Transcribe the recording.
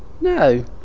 no